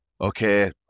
okay